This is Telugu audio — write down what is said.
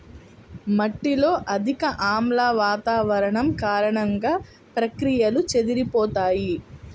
మట్టిలో అధిక ఆమ్ల వాతావరణం కారణంగా, ప్రక్రియలు చెదిరిపోతాయి